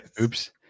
Oops